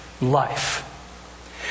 life